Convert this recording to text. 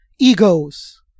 egos